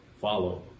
follow